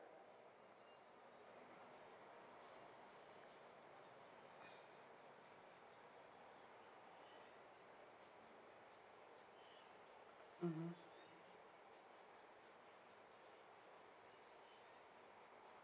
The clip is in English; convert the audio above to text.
mmhmm